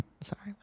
Sorry